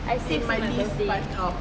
I saved since my birthday